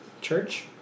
church